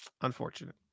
Unfortunate